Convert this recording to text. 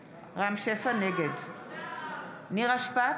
שפע, נגד נירה שפק,